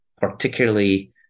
particularly